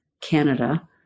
Canada